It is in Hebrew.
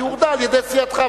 היא הורדה על-ידי סיעתך,